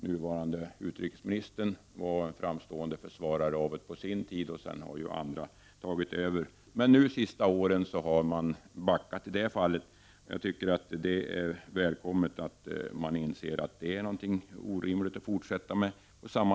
Nuvarande utrikesministern var på sin tid en framstående försvarare av kollektivanslutningen. Sedan har andra tagit över den rollen. De senaste åren har man emellertid backat i det fallet. Jag tycker det är välkommet att socialdemokraterna inser att det är orimligt att fortsätta med kollektivanslutningen.